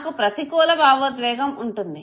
నాకు ప్రతికూల భావోద్వేగం ఉంటుంది